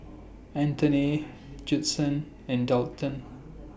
Anthoney Judson and Daulton